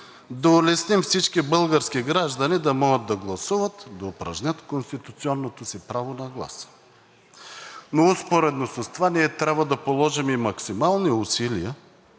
да улесним всички български граждани да могат да упражнят конституционното си право на глас. Но успоредно с това, трябва да положим максимални усилия,